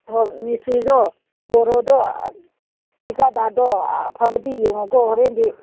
ꯃꯤꯁꯇ꯭ꯔꯤꯗꯣ ꯕꯣꯔꯣꯗꯣ ꯊꯤꯀꯥꯗꯥꯔꯗꯣ ꯑꯐꯕꯗꯤ ꯌꯣꯡꯉꯣꯀꯣ ꯍꯣꯔꯦꯟꯗꯤ